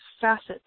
facets